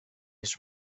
his